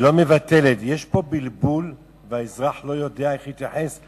יש פה בלבול, והאזרח לא יודע איך להתייחס.